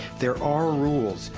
there are rules,